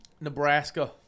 Nebraska